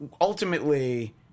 ultimately